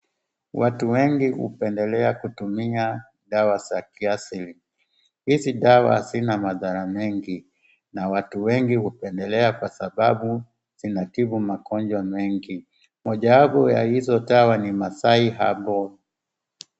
Watu wengi hupendelea kutumia dawa za kiasili, hizi dawa hazina madhara mengi na watu wengi hupendelea kwa sababu zinatibu magonjwa mengi, moja wapo wa hizo dawa ni masai herbal.